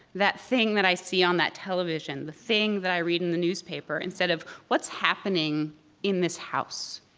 that thing that i see on that television, the thing that i read in the newspaper, instead of what's happening in this house?